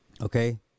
Okay